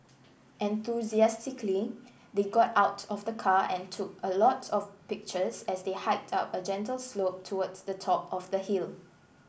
enthusiastically they got out of the car and took a lot of pictures as they hiked up a gentle slope towards the top of the hill